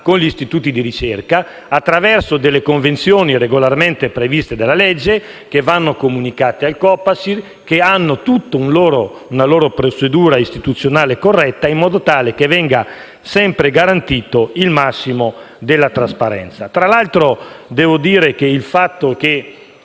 con gli istituti di ricerca attraverso convenzioni regolarmente previste dalla legge, che vanno comunicate al Copasir e che hanno tutta una loro procedura istituzionale corretta in modo tale che venga sempre garantito il massimo della trasparenza. Tra l'altro, devo dire che il fatto che